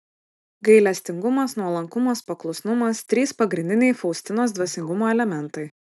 gailestingumas nuolankumas paklusnumas trys pagrindiniai faustinos dvasingumo elementai